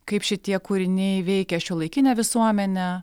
kaip šitie kūriniai veikia šiuolaikinę visuomenę